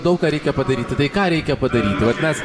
daug ką reikia padaryti tai ką reikia padaryti vat mes